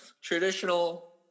traditional